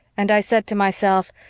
and i said to myself,